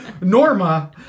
Norma